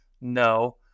no